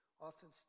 often